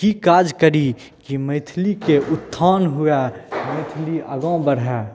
की काज करी जे मैथिलीके उत्थान हुअए मैथिली आगाँ बढ़ै